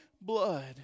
blood